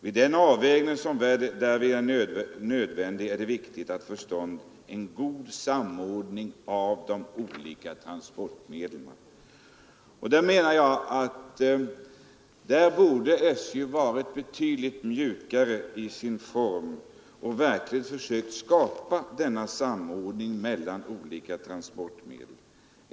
Vid den avvägning som därvid är nödvändig är det viktigt att få till stånd en god samordning av de olika transportmedlen. Och då menar jag att SJ borde ha varit betydligt mjukare i sin form och verkligen försökt skapa denna samordning mellan olika transportmedel.